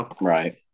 right